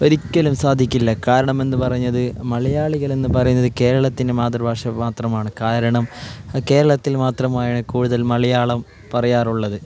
ഒരിക്കലും സാധിക്കില്ല കാരണമെന്ന് പറഞ്ഞത് മലയാളികൾ എന്ന് പറയുന്നത് കേരളത്തിനു മാതൃഭാഷ മാത്രമാണ് കാരണം കേരളത്തിൽ മാത്രമായാണ് കൂടുതൽ മലയാളം പറയാറുള്ളത്